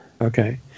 Okay